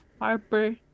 Harper